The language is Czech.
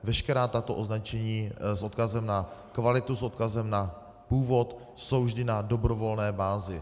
Veškerá tato označení s odkazem na kvalitu, s odkazem na původ jsou vždy na dobrovolné bázi.